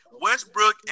Westbrook